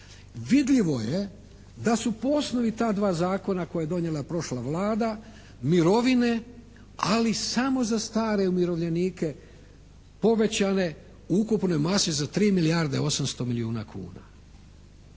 vidljivo je da su po osnovi ta dva zakona koja je donijela prošla Vlada mirovine ali samo za stare umirovljenike povećane u ukupnoj masi za 3 milijarde i 800 milijuna kuna.